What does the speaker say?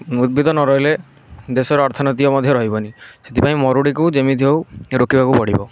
ଉଦ୍ଭିଦ ନରହିଲେ ଦେଶର ଅର୍ଥନୀତିକ ମଧ୍ୟ ରହିବନି ସେଥିପାଇଁ ମରୁଡ଼ିକୁ ଯେମିତି ହେଉ ରୋକିବାକୁ ପଡ଼ିବ